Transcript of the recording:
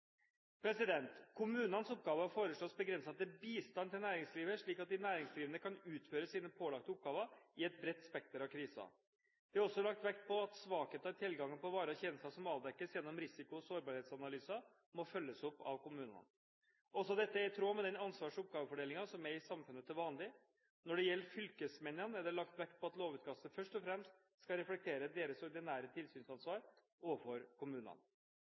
Kommunenes oppgaver foreslås begrenset til bistand til næringslivet, slik at de næringsdrivende kan utføre sine pålagte oppgaver i et bredt spekter av kriser. Det er også lagt vekt på at svakheter i tilgangen på varer og tjenester som avdekkes gjennom risiko- og sårbarhetsanalyser, må følges opp av kommunene. Også dette er i tråd med den ansvars- og oppgavefordelingen som er i samfunnet til vanlig. Når det gjelder fylkesmennene, er det lagt vekt på at lovutkastet først og fremst skal reflektere deres ordinære tilsynsansvar overfor kommunene. Flere departementer har beredskapsansvar for